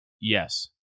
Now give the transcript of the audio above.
Yes